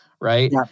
Right